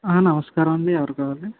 నమస్కారమండి ఎవరు కావాలి